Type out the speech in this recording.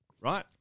right